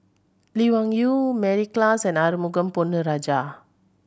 Lee Wung Yew Mary Klass and Arumugam Ponnu Rajah